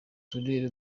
turere